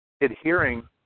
adhering